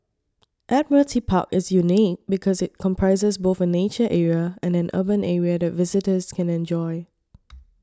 Admiralty Park is unique because it comprises both a nature area and an urban area that visitors can enjoy